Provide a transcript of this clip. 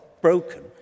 broken